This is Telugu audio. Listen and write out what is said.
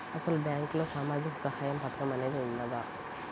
అసలు బ్యాంక్లో సామాజిక సహాయం పథకం అనేది వున్నదా?